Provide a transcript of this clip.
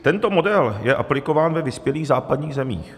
Tento model je aplikován ve vyspělých západních zemích.